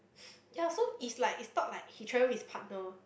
ya so it's like it's not like he travel with his partner